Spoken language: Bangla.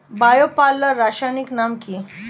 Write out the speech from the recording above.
বায়ো পাল্লার রাসায়নিক নাম কি?